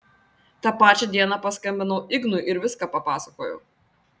tą pačią dieną paskambinau ignui ir viską papasakojau